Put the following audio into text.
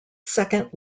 second